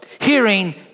hearing